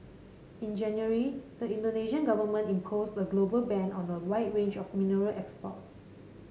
in January the Indonesian Government imposed a global ban on a wide range of mineral exports